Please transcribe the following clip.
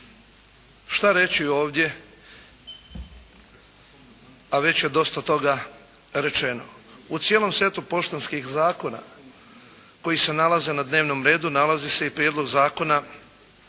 Šta reći ovdje, a već je dosta toga rečeno. U cijelom setu poštanskih zakona koji se nalaze na dnevnom redu, nalazi se i Prijedlog zakona